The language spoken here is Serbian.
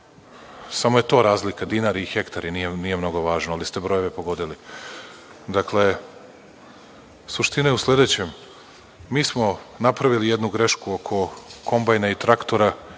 samo je to razlika, dinari i hektari, nije mnogo važno, ali ste brojeve pogodili. Dakle, suština je u sledećem. Mi smo napravili jednu grešku oko kombajna i traktora.